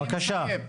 בבקשה.